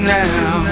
now